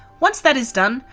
once that is done,